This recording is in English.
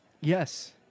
Yes